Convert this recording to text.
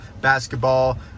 basketball